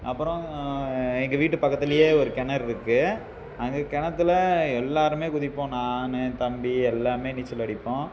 அப்புறம் எங்கள் வீட்டு பக்கத்துலேயே ஒரு கிணறு இருக்குது அங்கே கிணத்துல எல்லாேருமே குதிப்போம் நான் தம்பி எல்லாமே நீச்சல் அடிப்போம்